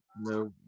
No